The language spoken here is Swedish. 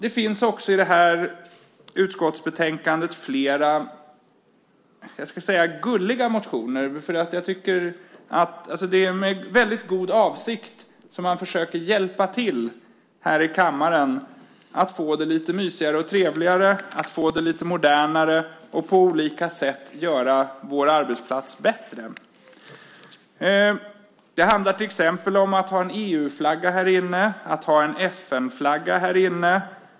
Det finns i detta utskottsbetänkande även flera "gulliga" motioner. Avsikten är god när man försöker hjälpa till för att vi ska få det lite mysigare, trevligare och också lite modernare i kammaren, helt enkelt på olika sätt göra vår arbetsplats bättre. Det handlar till exempel om att ha en EU-flagga och en FN-flagga i kammaren.